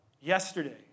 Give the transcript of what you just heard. yesterday